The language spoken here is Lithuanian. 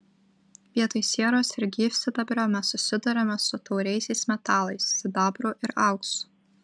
vietoj sieros ir gyvsidabrio mes susiduriame su tauriaisiais metalais sidabru ir auksu